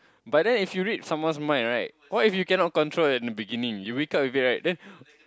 but then if you read someone's mind right what if you cannot control in the beginning you wake up you'll be like